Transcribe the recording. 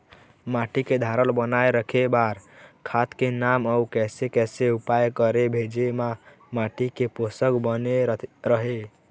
माटी के धारल बनाए रखे बार खाद के नाम अउ कैसे कैसे उपाय करें भेजे मा माटी के पोषक बने रहे?